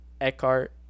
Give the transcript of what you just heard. Eckhart